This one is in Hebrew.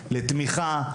לתמיכה,